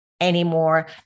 anymore